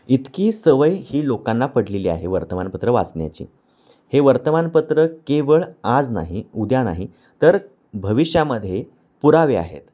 इतकी सवय ही लोकांना पडलेली आहे वर्तमानपत्र वाचण्याची हे वर्तमानपत्र केवळ आज नाही उद्या नाही तर भविष्यामध्ये पुरावे आहेत